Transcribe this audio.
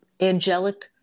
angelic